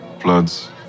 floods